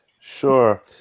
Sure